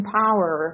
power